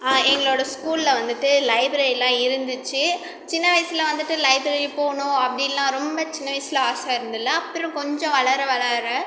எங்களோட ஸ்கூலில் வந்துவிட்டு லைப்ரரிலாம் இருந்துச்சு சின்ன வயசில் வந்துவிட்டு லைப்ரரி போகணும் அப்படின்லாம் ரொம்ப சின்ன வயசில் ஆசை இருந்துல்ல அப்புறம் கொஞ்சம் வளர வளர